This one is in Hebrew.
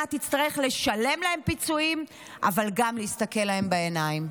תצטרך לשלם להן פיצויים אבל גם להסתכל להן בעיניים.